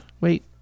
Wait